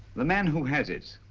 the man who has it